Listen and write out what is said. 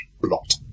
Blot